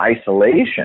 isolation